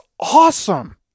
awesome